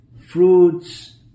fruits